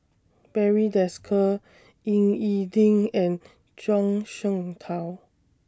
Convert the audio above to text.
Barry Desker Ying E Ding and Zhuang Shengtao